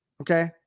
okay